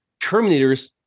Terminators